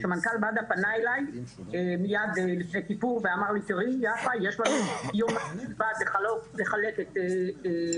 כשמנכ"ל מד"א פנה אלי לפני יום כיפור ואמר לי שהם רוצים לחלק את בדיקות